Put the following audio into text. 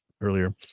earlier